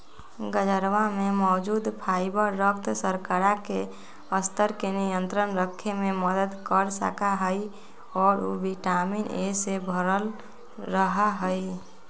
गजरवा में मौजूद फाइबर रक्त शर्करा के स्तर के नियंत्रण रखे में मदद कर सका हई और उ विटामिन ए से भरल रहा हई